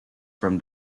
from